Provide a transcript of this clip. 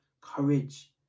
courage